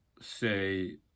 say